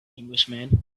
englishman